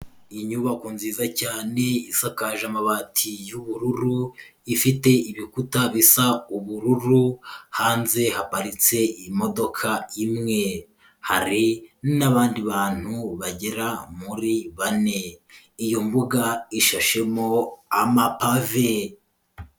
Iyi inyubako nziza cyane isakaje amabati y'ubururu ifite ibikuta bisa ubururu, hanze haparitse imodoka imwe, hari n'abandi bantu bagera muri bane. Iyo mbuga ishashemo amapave.